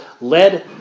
led